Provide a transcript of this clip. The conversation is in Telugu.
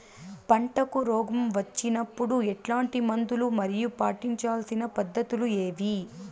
పంటకు రోగం వచ్చినప్పుడు ఎట్లాంటి మందులు మరియు పాటించాల్సిన పద్ధతులు ఏవి?